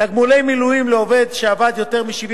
תגמולי מילואים לעובד שעבד יותר מ-75